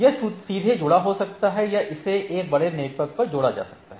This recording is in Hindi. यह सीधे जुड़ा हो सकता है या इसे एक बड़े नेटवर्क पर जोड़ा जा सकता है